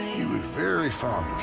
he was very fond